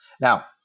Now